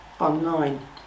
online